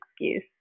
excuse